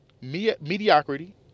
mediocrity